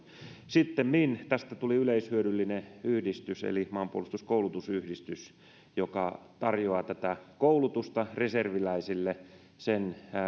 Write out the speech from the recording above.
sittemmin tästä tuli yleishyödyllinen yhdistys eli maanpuolustuskoulutusyhdistys joka tarjoaa tätä koulutusta reserviläisille sen